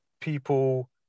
people